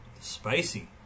spicy